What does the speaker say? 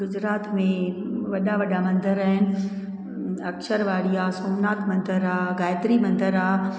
गुजरात में वॾा वॾा मंदर आहिनि अक्षर वारी आहे सौमनाथ मंदरु आहे गायत्री मंदरु आहे